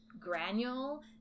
granule